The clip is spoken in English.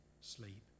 sleep